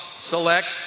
select